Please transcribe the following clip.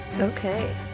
Okay